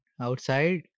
outside